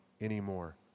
anymore